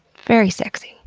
very sexy.